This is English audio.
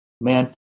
Man